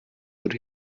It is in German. oder